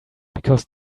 because